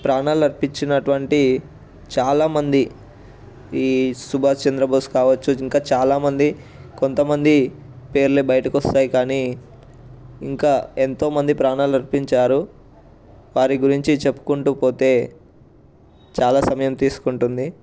ప్రాణాలు అర్పించినటువంటి చాలామంది ఈ సుభాష్ చంద్రబోస్ కావచ్చు ఇంకా చాలామంది కొంతమంది పేర్లు బయటికి వస్తాయి కానీ ఇంకా ఎంతో మంది ప్రాణాలు అర్పించారు వారి గురించి చెప్పుకుంటూ పోతే చాలా సమయం తీసుకుంటుంది